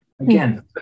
Again